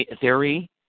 theory